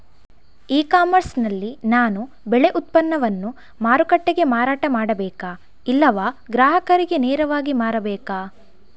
E commerce ನಲ್ಲಿ ನಾನು ಬೆಳೆ ಉತ್ಪನ್ನವನ್ನು ಮಾರುಕಟ್ಟೆಗೆ ಮಾರಾಟ ಮಾಡಬೇಕಾ ಇಲ್ಲವಾ ಗ್ರಾಹಕರಿಗೆ ನೇರವಾಗಿ ಮಾರಬೇಕಾ?